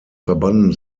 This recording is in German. verbanden